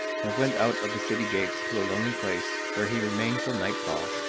and went out of the city gates to a lonely place, where he remained till nightfall,